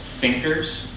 thinkers